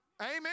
Amen